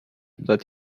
that